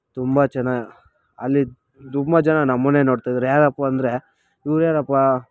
ತುಂಬ ಜನ ಅಲ್ಲಿ ತುಂಬ ಜನ ನಮ್ಮನ್ನೇ ನೋಡ್ತಾಯಿದ್ರೂ ಯಾರಪ್ಪ ಅಂದರೆ ಇವ್ರು ಯಾರಪ್ಪ